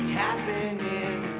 happening